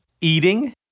Eating